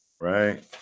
Right